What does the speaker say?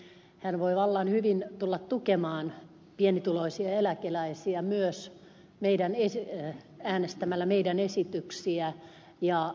hän voi esimerkiksi vallan hyvin tulla tukemaan pienituloisia eläkeläisiä myös äänestämällä meidän esityksiämme